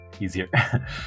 easier